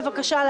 בבקשה,